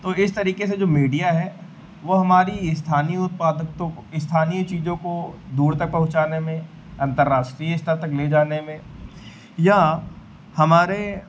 तो इस तरीके से जो मीडिया है वह हमारे स्थानीय उत्पादों को स्थानीय चीज़ों को दूर तक पहुँचाने में अन्तर्राष्ट्रीय स्तर तक ले जाने में या हमारे